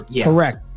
correct